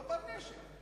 הוא לא בא עם נשק.